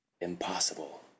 Impossible